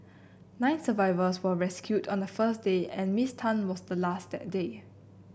nine survivors were rescued on the first day and Miss Tan was the last that day